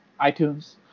iTunes